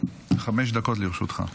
חמש דקות לרשותך.